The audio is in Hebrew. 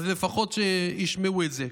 לפחות שישמעו את זה.